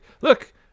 Look